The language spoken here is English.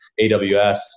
AWS